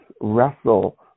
wrestle